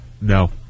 No